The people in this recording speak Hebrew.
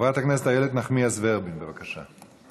חברת הכנסת איילת נחמיאס ורבין, בבקשה.